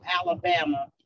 Alabama